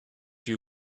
you